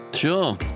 Sure